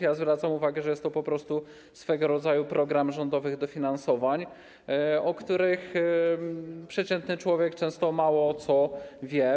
Ja zwracam uwagę, że jest to po prostu swego rodzaju program rządowych dofinansowań, o których przeciętny człowiek często mało co wie.